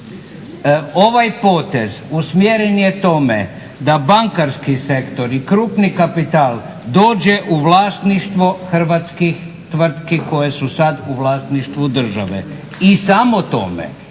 Ovaj potez usmjeren je tome da bankarski sektor i krupni kapital dođe u vlasništvo hrvatskih tvrtki koje su sad u vlasništvu države i samo tome